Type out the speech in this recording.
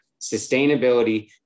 sustainability